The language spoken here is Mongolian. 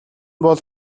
бол